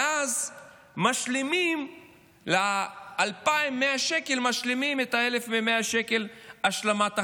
ואז משלימים ל-2,100 את ה-1,100 שקל השלמת הכנסה.